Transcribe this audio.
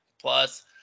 plus